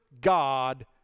God